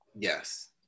Yes